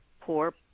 poor